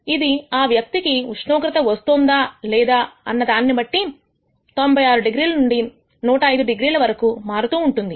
ఇది ఆ వ్యక్తి కి ఉష్ణోగ్రత వస్తోందా లేదా అనేదాన్ని బట్టి 96 డిగ్రీల నుండి 105 డిగ్రీల వరకు మారుతూ ఉంటుంది